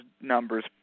numbers